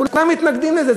כולם מתנגדים לזה,